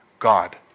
God